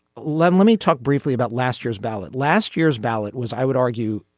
let let me talk briefly about last year's ballot. last year's ballot was, i would argue,